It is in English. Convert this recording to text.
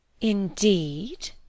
Indeed